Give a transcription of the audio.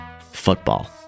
football